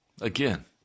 again